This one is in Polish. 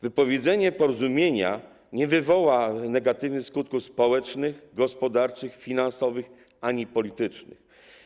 Wypowiedzenie porozumienia nie wywoła negatywnych skutków społecznych, gospodarczych, finansowych ani politycznych.